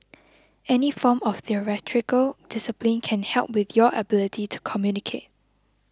any form of theatrical discipline can help with your ability to communicate